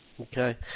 Okay